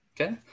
Okay